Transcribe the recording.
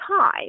time